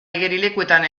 igerilekuetan